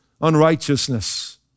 unrighteousness